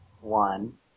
one